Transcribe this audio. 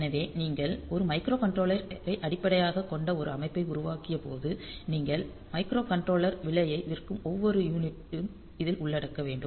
எனவே நீங்கள் ஒரு மைக்ரோகண்ட்ரோலரை அடிப்படையாகக் கொண்ட ஒரு அமைப்பை உருவாக்கியபோது நீங்கள் மைக்ரோகண்ட்ரோலர் விலையை விற்கும் ஒவ்வொரு யூனிட்டும் இதில் உள்ளடக்க வேண்டும்